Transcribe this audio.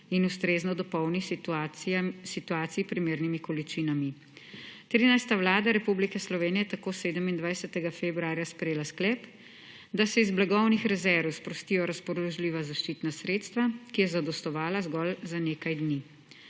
in ustrezno dopolni s situaciji primernimi količinami. 13. Vlada Republike Slovenije je tako 27. februarja sprejela sklep, da se iz blagovnih rezerv sprostijo razpoložljiva zaščitna sredstva, ki so zadostovala zgolj za nekaj dni.